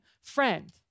friend